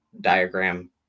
diagram